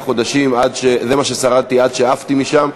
הרחבת הזכאות לחולים שנותחו לפני שנת 1980),